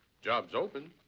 job's open.